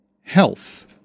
Health